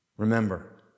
Remember